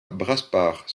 brasparts